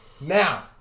now